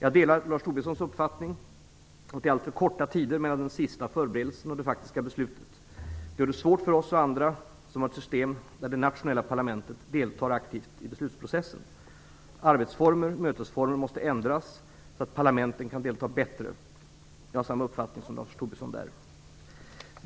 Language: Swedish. Jag delar Lars Tobissons uppfattning att det är alltför korta tider mellan den sista förberedelsen och det faktiska beslutet. Det gör det svårt för oss och andra som har ett system där det nationella parlamentet deltar aktivt i beslutsprocessen. Arbetsformer och mötesformer måste ändras så att parlamenten bättre kan delta. Jag har samma uppfattning som Lars Tobisson där.